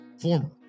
former